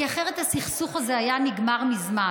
כי אחרת הסכסוך הזה היה נגמר מזמן.